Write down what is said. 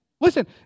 Listen